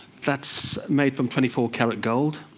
that's made from twenty four karat gold.